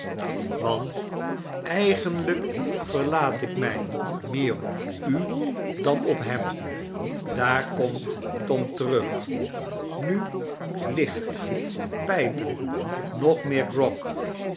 want eigenlijk verlaat ik mij meer op u dan op hem daar komt tom terug nu licht pijpen nog meer grog